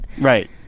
Right